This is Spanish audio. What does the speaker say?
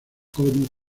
como